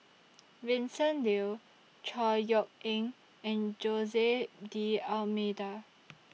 Vincent Leow Chor Yeok Eng and Jose D'almeida